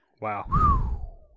Wow